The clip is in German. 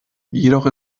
jedoch